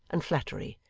and flattery,